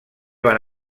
van